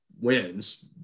wins